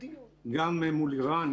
גם מול איראן,